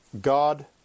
God